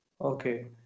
Okay